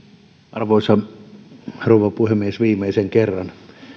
arvoisa rouva puhemies viimeisen kerran